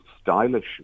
stylish